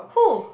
who